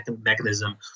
mechanism